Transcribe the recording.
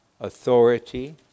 authority